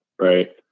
Right